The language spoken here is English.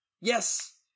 Yes